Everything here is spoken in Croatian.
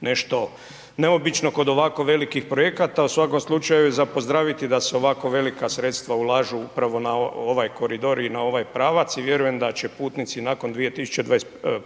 nešto neobično kod ovako velikih projekata. U svakom slučaju je za pozdraviti da se ovako velika sredstva ulažu upravo na ovaj koridor i na ovaj pravac i vjerujem da će putnici početka 2021.g.